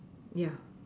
ya